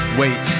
wait